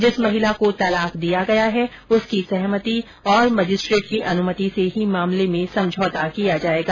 जिस महिला को तलाक दिया गया है उसकी सहमति और मजिस्ट्रेट की अनुमति से ही मामले में समझौता किया जायेगा